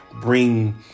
bring